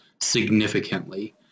significantly